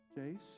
Jace